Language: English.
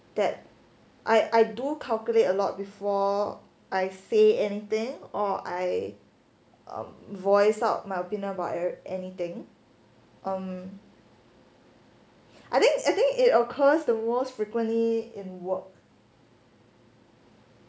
that I I do calculate a lot before I say anything or I um voice out my opinion about or anything um I think I think it occurs the most frequently in work